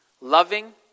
loving